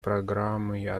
программой